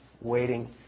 waiting